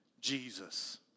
Jesus